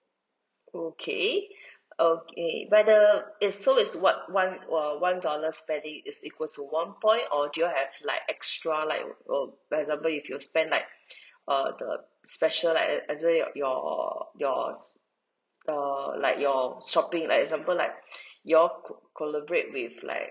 okay okay but the it's so is what one uh what one dollar spending is equal to one point or do you all have like extra like uh for example if you spent like err the special like under your yours err like your shopping like example like you all collaborate with like